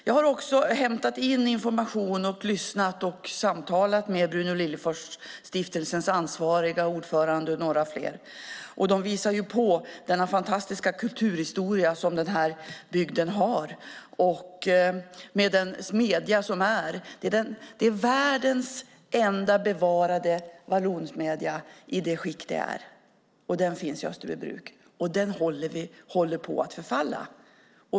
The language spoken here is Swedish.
Jag har hämtat in information och lyssnat och samtalat med Bruno Liljefors-stiftelsens ansvariga, ordförande och några fler. De visar på den fantastiska kulturhistoria som denna bygd har. Den smedja som finns där är världens enda bevarade vallonsmedja i detta skick. Den finns alltså i Österbybruk, och den håller nu på att förfalla.